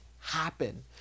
happen